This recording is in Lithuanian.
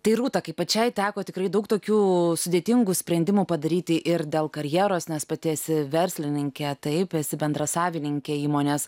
tai rūta kaip pačiai teko tikrai daug tokių sudėtingų sprendimų padaryti ir dėl karjeros nes pati esi verslininkė taip esi bendrasavininkė įmonės